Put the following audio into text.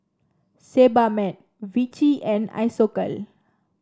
Sebamed Vichy and Isocal